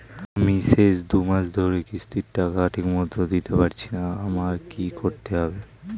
আমি শেষ দুমাস ধরে কিস্তির টাকা ঠিকমতো দিতে পারছিনা আমার কি করতে হবে?